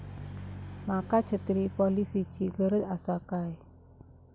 माका छत्री पॉलिसिची गरज आसा काय?